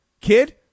kid